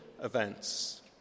events